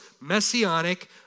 messianic